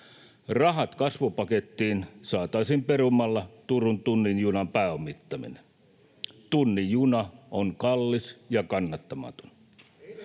Rahat kasvupakettiin saataisiin perumalla Turun tunnin junan pääomittaminen. Tunnin juna on kallis ja kannattamaton.